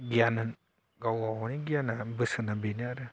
गियान गाव गावनि गियाना बोसोना बेनो आरो